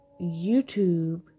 YouTube